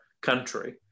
country